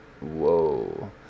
Whoa